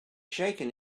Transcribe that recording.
shaken